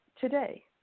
today